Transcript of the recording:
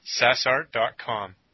sassart.com